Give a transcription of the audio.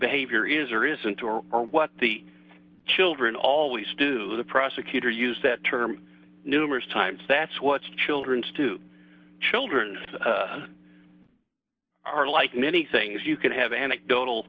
behavior is or isn't or what the children always do the prosecutor used that term numerous times that's what's children's to children are like many things you could have anecdotal